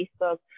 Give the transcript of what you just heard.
Facebook